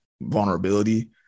vulnerability